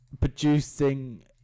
producing